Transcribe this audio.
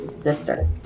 Sister